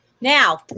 Now